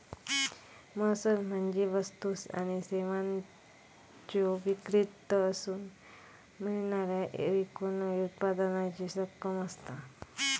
महसूल म्हणजे वस्तू आणि सेवांच्यो विक्रीतसून मिळणाऱ्या एकूण उत्पन्नाची रक्कम असता